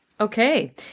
Okay